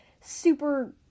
super